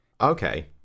Okay